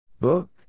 Book